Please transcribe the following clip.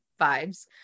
vibes